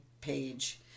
page